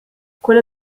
quelle